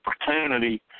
opportunity